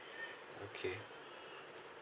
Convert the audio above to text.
okay